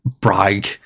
brag